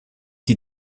die